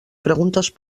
preguntes